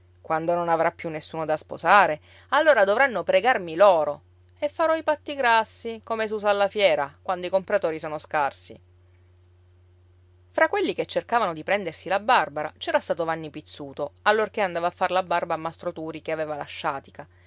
quando non avrà più nessuno da sposare allora dovranno pregarmi loro e farò i patti grassi come s'usa alla fiera quando i compratori sono scarsi fra quelli che cercavano di prendersi la barbara c'era stato vanni pizzuto allorché andava a far la barba a mastro turi che aveva la